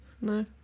No